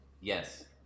Yes